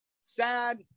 sad